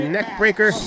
Neckbreaker